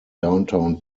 downtown